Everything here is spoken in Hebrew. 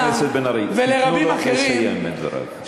חברת הכנסת בן ארי, תיתנו לו לסיים את דבריו.